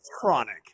Chronic